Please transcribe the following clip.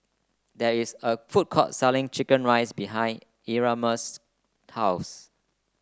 there is a food court selling chicken rice behind Erasmus' house